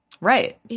Right